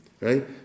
right